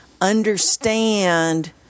understand